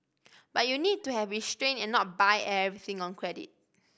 but you need to have restrain and not buy everything on credit